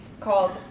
called